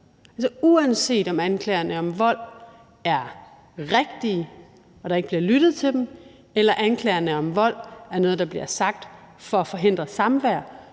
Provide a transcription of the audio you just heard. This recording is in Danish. Uanset om anklagerne om vold er rigtige og der ikke bliver lyttet til dem eller om anklagerne om vold er noget, der bliver sagt for at forhindre samvær,